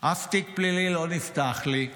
אף תיק פלילי לא נפתח לי.